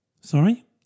Sorry